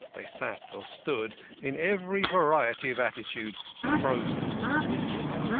they sat or stood in every variety of attitude frozen, rigid.